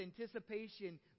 anticipation